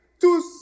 tous